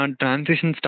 transition